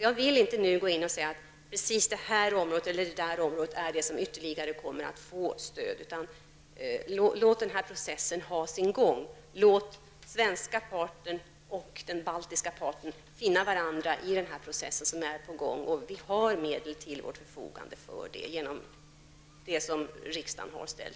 Jag vill inte nu gå in och säga att det ena eller det andra området är det som ytterligare kommer att få stöd, utan låt processen ha sin gång. Låt den svenska och den baltiska parten finna varandra i den process som är på gång. Riksdagen har ställt medel till vårt förfogande för detta ändamål.